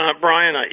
Brian